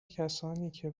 کسانیکه